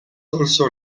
also